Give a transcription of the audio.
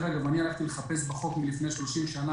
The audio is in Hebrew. אני הלכתי לחפש בחוק מלפני 30 שנה